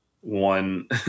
one